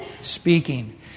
speaking